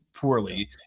poorly